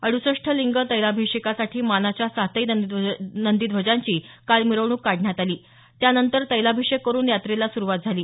अडुसष्ट लिंग तैलाभिषेकासाठी मानाच्या सातही नंदीध्वजांची काल मिरवणूक काढण्यात आली त्यानंतर तैलाभिषेक करून यात्रेला सुरुवात झाली